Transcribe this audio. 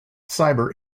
cyber